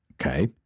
Okay